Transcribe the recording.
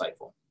insightful